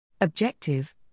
Objective